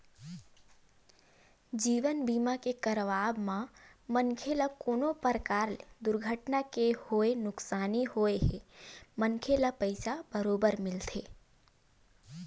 जीवन बीमा के करवाब म मनखे ल कोनो परकार ले दुरघटना के होय नुकसानी होए हे मनखे ल पइसा बरोबर मिलथे